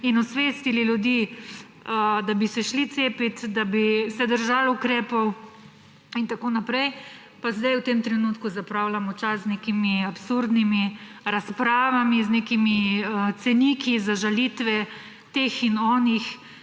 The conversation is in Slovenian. in osvestili ljudi, da bi se šli cepit, da bi se držali ukrepov in tako naprej, pa zdaj v tem trenutku zapravljamo čas z nekimi absurdnimi razpravami, z nekimi ceniki za žalitve teh in onih.